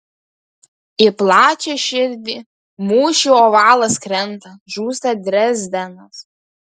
į plačią širdį mūšių ovalas krenta žūsta drezdenas